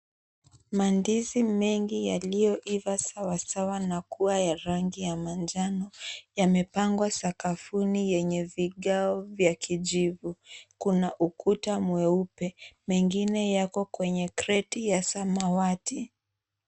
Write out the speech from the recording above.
Mandizi mengi yaliyo iva sawa sawa na kuwa ya rangi ya manjano yamepangwa sakafuni yenye vigao vya kijivu. Kuna ukuta mweupe. Mengine yako kwenye kreti ya samawati.